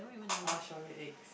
I want shoyu eggs